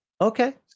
Okay